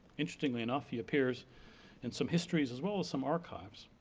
interestingly enough he appears in some histories as well as some archives.